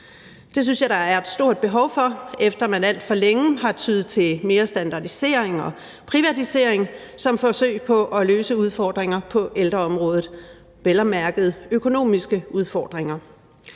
Det synes jeg der er et stort behov for, efter at man alt for længe har tyet til mere standardisering og privatisering som et forsøg på at løse udfordringer på ældreområdet, vel at mærke økonomiske udfordringer.